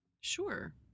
sure